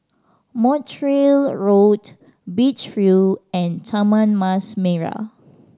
Montreal Road Beach View and Taman Mas Merah